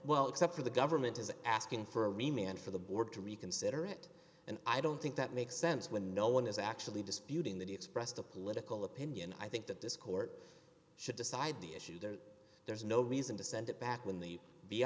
well except for the government is asking for a remain and for the board to reconsider it and i don't think that makes sense when no one is actually disputing that he expressed a political opinion i think that this court should decide the issue that there's no reason to send it back when the b